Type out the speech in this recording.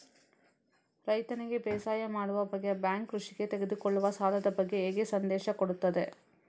ರೈತನಿಗೆ ಬೇಸಾಯ ಮಾಡುವ ಬಗ್ಗೆ ಬ್ಯಾಂಕ್ ಕೃಷಿಗೆ ತೆಗೆದುಕೊಳ್ಳುವ ಸಾಲದ ಬಗ್ಗೆ ಹೇಗೆ ಸಂದೇಶ ಕೊಡುತ್ತದೆ?